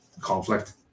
conflict